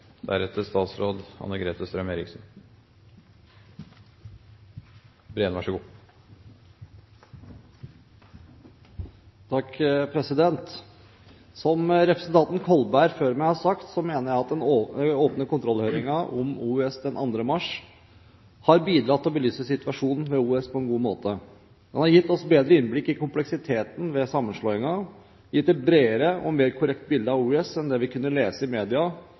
Som representanten Kolberg før meg har sagt, mener jeg at den åpne kontrollhøringen om OUS den 2. mars har bidratt til å belyse situasjonen der på en god måte. Den har gitt oss bedre innblikk i kompleksiteten ved sammenslåingen og gitt et bredere og mer korrekt bilde av OUS enn det vi kunne lese i media,